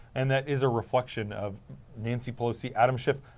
and that is a reflection of nancy pelosi, adam schiff,